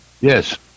Yes